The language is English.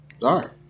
dark